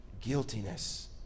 guiltiness